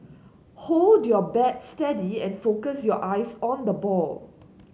hold your bat steady and focus your eyes on the ball